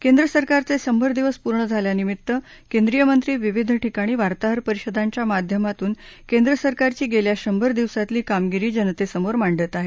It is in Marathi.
केंद्र सरकारचे शंभर दिवस पूर्ण झाल्यानिमित्त केंद्रीय मंत्री विविध ठिकाणी वार्ताहर परिषदांच्या माध्यमातून केंद्र सरकारची गेल्या शंभर दिवसातली कामगिरी जनतेसमोर मांडत आहेत